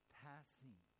passing